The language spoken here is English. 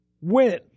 win